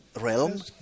realm